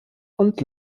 und